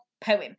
poem